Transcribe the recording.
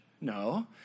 No